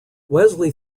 wesley